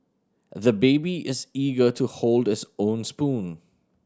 the baby is eager to hold this own spoon